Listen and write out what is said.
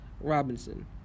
robinson